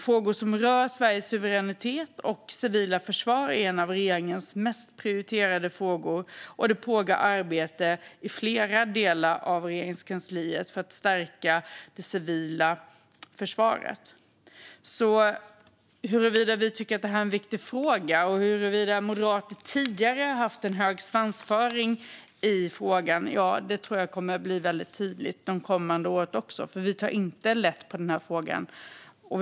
Frågor som rör Sveriges suveränitet och civila försvar är en av regeringens mest prioriterade frågor, och det pågår arbete i flera delar av Regeringskansliet för att stärka det civila försvaret. Att vi tycker detta är en viktig fråga och att Moderaterna tidigare har haft och fortfarande har en hög svansföring i frågan kommer att bli väldigt tydligt det kommande året, för vi tar inte lätt på detta.